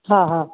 हा